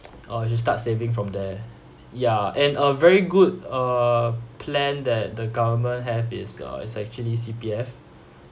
or you start saving from there ya and a very good uh plan that the government have is uh is actually C_P_F